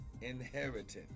inheritance